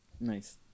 Nice